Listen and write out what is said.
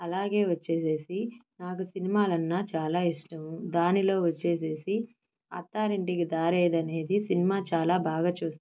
అలాగే వొచ్చేసేసి నాకు సినిమాలన్నా చాలా ఇష్టము దానిలో వచ్చేసేసి అత్తారింటికి దారేది అనేది సినిమా చాలా బాగా చూస్తాను